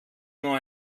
nur